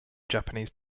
japanese